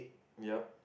yup